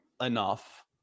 enough